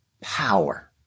Power